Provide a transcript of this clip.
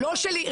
לא שלי.